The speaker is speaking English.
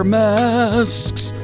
masks